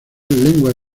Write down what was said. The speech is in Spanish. lenguas